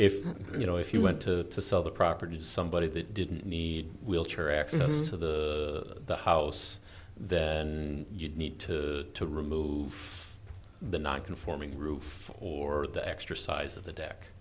if you know if you want to sell the property to somebody that didn't need wheelchair access to the the house that and you need to to remove the non conforming roof or the extra size of the deck